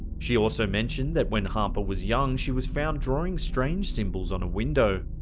she also mentioned that when harper was young, she was found drawing strange symbols on a window.